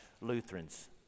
Lutherans